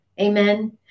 Amen